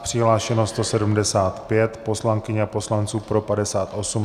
Přihlášeno 175 poslankyň a poslanců, pro 58.